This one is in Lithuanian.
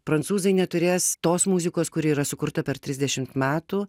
prancūzai neturės tos muzikos kuri yra sukurta per trisdešimt metų